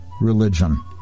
religion